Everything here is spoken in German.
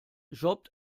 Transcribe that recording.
jobbt